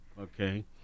okay